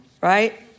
right